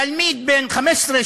תלמיד בן 15,